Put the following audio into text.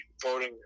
voting